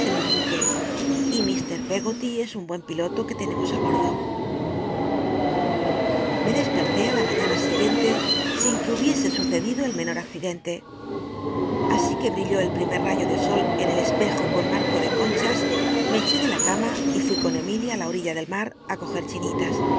en un buque y fr pcggoly es un buen piloto que tenemos ti bordo llc de lerlé ü la mañana siguiente sin que hubiese mcedido el menor accidente asi que brilló el primer rayo de sol en el espejo con marco de conchas me eché de la cama y fui con emilia ú la orilla del ma r coge chinitas